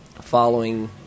following